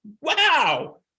Wow